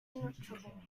impenetrable